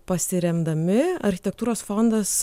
pasiremdami architektūros fondas